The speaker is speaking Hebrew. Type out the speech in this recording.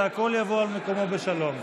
והכול יבוא על מקומו בשלום.